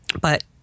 but-